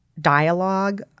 dialogue